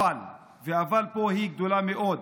אבל, והאבל פה הוא גדול מאוד,